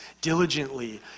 diligently